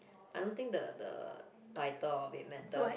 I don't think the the title of it matters